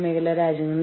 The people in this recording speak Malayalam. വിലപേശലിൽ തടസ്സം